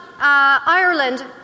Ireland